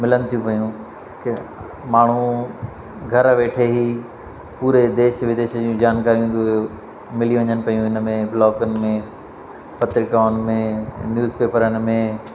मिलनि थियूं पियूं माण्हू घर वेठे ई पूरे देश विदेश जूं जानकारियूं बि मिली वञनि पियूं इन में ब्लॉगनि में पत्रिकाउनि में न्यूज़पेपरनि में